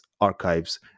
archives